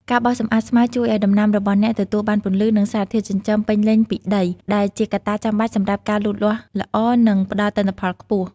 ការបោសសម្អាតស្មៅជួយឱ្យដំណាំរបស់អ្នកទទួលបានពន្លឺ និងសារធាតុចិញ្ចឹមពេញលេញពីដី ដែលជាកត្តាចាំបាច់សម្រាប់ការលូតលាស់ល្អ និងផ្តល់ទិន្នផលខ្ពស់។